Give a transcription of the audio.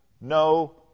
no